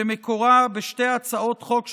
שמקורה בשתי הצעות חוק,